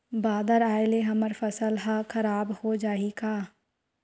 बादर आय ले हमर फसल ह खराब हो जाहि का?